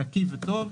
נקי וטוב,